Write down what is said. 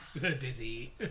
Dizzy